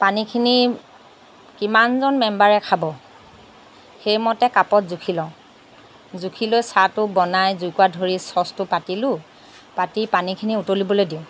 পানীখিনি কিমানজন মেম্বাৰে খাব সেইমতে কাপত জুখি লওঁ জুখি লৈ চাহটো বনাই জুইকুৰা ধৰি চচটো পাতিলোঁ পাতি পানীখিনি উতলিবলৈ দিওঁ